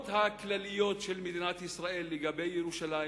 הכלליות של מדינת ישראל לגבי ירושלים,